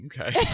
Okay